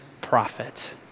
prophet